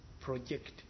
project